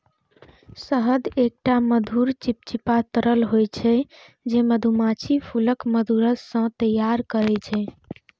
शहद एकटा मधुर, चिपचिपा तरल होइ छै, जे मधुमाछी फूलक मधुरस सं तैयार करै छै